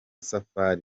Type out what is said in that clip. safari